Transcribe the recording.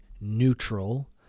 neutral